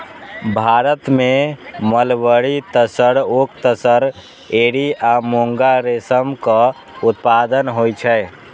भारत मे mulberry, tasar, oak tasar, eri आ मूंगा रेशमक उत्पादन होइ छै